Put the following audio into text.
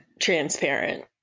transparent